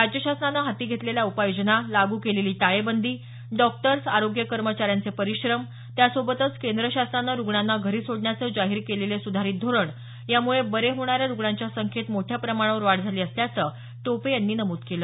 राज्य शासनानं हाती घेतलेल्या उपाययोजना लागू केलेली टाळेबंदी डॉक्टर्स आरोग्य कर्मचाऱ्यांचे परिश्रम त्यासोबतच केंद्र शासनानं रूग्णांना घरी सोडण्याचं जाहीर केलेलं सुधारीत धोरण यामुळे बरे होणाऱ्या रुग्णांच्या संख्येत मोठ्या प्रमाणावर वाढ झाली असल्याचं टोपे यांनी नमूद केलं